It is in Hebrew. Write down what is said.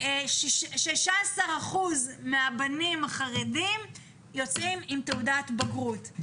16% מהבנים החרדים יוצאים עם תעודת בגרות,